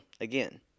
again